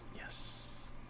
Yes